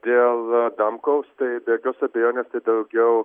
dėl adamkaus tai be jokios abejonės tai daugiau